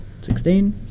Sixteen